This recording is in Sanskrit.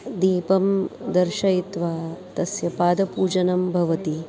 दीपं दर्शयित्वा तस्य पादपूजनं भवति